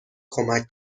کمک